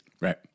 Right